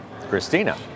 Christina